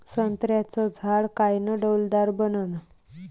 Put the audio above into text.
संत्र्याचं झाड कायनं डौलदार बनन?